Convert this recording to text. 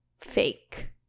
fake